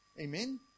Amen